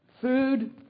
food